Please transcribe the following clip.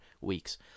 weeks